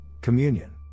communion